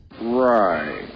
Right